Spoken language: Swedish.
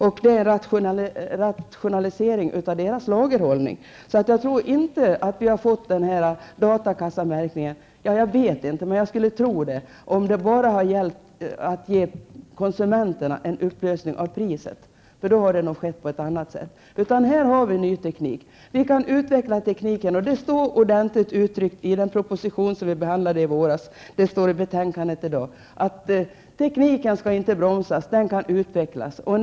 Det blir en rationalisering på lagerhållningssidan. Jag tror inte att vi har fått datakassemärkningen bara för att konsumenterna skall få en prisupplysning. Det skulle nog kunna ordnas på ett annat sätt. Det handlar i stället om att vi får en ny teknik, och denna kan utvecklas. Det finns en ordentlig redogörelse både i den proposition som vi behandlade i våras och i det betänkande som vi i dag behandlar. Det sägs nämligen att tekniken inte skall bromsas. Den kan i stället utvecklas.